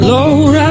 Lord